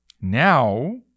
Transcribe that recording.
Now